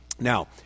Now